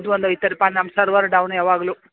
ಅದು ಒಂದು ಐತ್ರಿಪ್ಪ ನಮ್ಮ ಸರ್ವರ್ ಡೌನ್ ಯಾವಾಗಲೂ